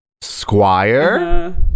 Squire